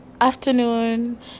afternoon